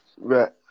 right